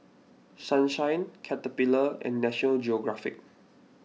Sunshine Caterpillar and National Geographic